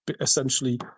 essentially